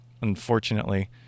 unfortunately